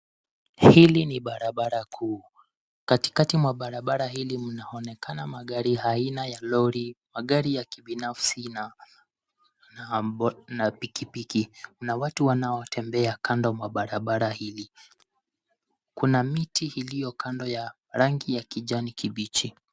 Hili ni barabara kuu. Katikati mwa barabara hili mnaonekana magari aina ya lori ,magari ya kibinafsi na pikipiki. Kuna watu wanaotembea kando mwa barabara hili. Kuna miti iliyo kando ya rangi ya kijani kibichi.